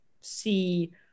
see